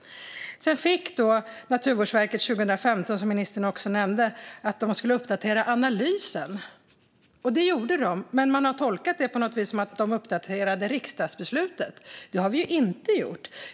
Sedan fick Naturvårdsverket 2015, som ministern nämnde, i uppdrag att uppdatera analysen. Det gjorde verket, men de har tolkat det som att det var fråga om att uppdatera riksdagsbeslutet. Men det har riksdagen inte gjort.